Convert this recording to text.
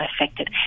affected